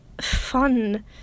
fun